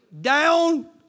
down